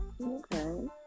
okay